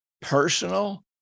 personal